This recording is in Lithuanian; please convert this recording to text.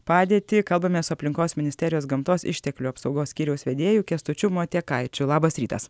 padėtį kalbamės su aplinkos ministerijos gamtos išteklių apsaugos skyriaus vedėju kęstučiu motiekaičiu labas rytas